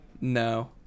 No